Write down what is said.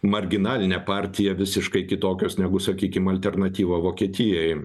marginaline partija visiškai kitokios negu sakykim alternatyva vokietijai